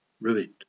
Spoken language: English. Ruined